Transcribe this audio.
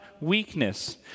weakness